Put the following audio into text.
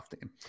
team